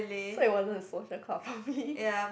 so it wasn't a social club for me